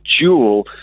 jewel